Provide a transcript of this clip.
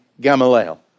Gamaliel